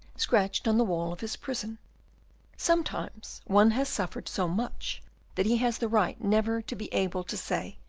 scratched on the walls of his prison sometimes one has suffered so much that he has the right never to be able to say,